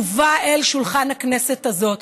הובא אל שולחן הכנסת הזאת.